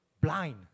blind